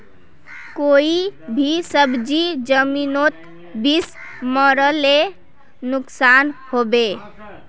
कोई भी सब्जी जमिनोत बीस मरले नुकसान होबे?